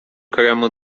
kremu